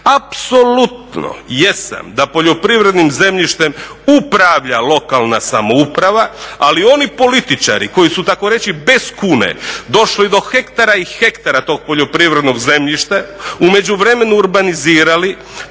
Apsolutno jesam da poljoprivrednim zemljištem upravlja lokalna samouprava, ali oni političari koji su takoreći bez kune došli do hektara i hektara tog poljoprivrednog zemljišta, u međuvremenu urbanizirali,